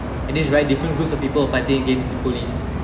and it's very different groups of people fighting against the police